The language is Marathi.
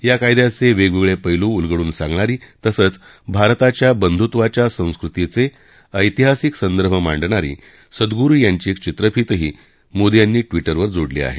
या कायद्याचे वेगवेगळे पेलू उलगडून सांगणारी तसंच भारताच्या बंधुत्वाच्या संस्कृतीये ऐतिहासिक संदर्भ मांडणारी सद्न्गुरु यांची चित्रफितही मोदी यांनी ट्विटरवर जोडली आहे